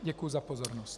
Děkuji za pozornost.